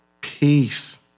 Peace